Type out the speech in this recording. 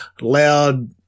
loud